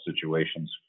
situations